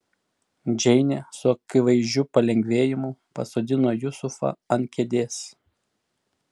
džeinė su akivaizdžiu palengvėjimu pasodino jusufą ant kėdės